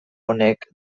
honek